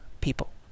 people